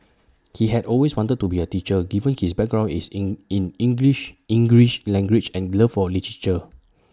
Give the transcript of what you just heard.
he had always wanted to be A teacher given his background is in in English English language and love for literature